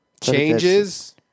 Changes